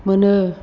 मोनो